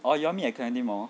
oh you all meet at clementi mall